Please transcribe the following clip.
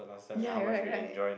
ya right right